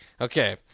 Okay